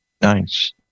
Nice